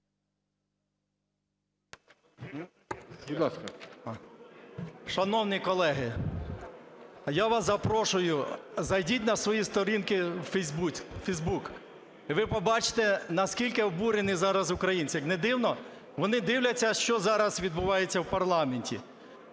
Шановні колеги, я вас запрошую, зайдіть на свої сторінки в Фейсбук, ви побачите, наскільки обурені зараз українці. Як не дивно, вони дивляться, що зараз відбувається в парламенті.